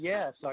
Yes